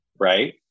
right